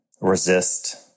resist